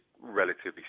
relatively